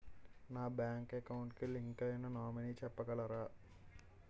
నా bank account కి link అయినా నామినీ చెప్పగలరా?